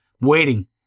Waiting